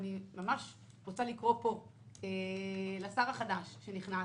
ואני קוראת פה לשר החדש שנכנס,